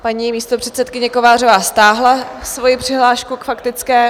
Paní místopředsedkyně Kovářová stáhla svoji přihlášku k faktické...